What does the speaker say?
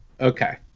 Okay